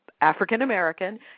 African-American